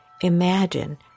imagine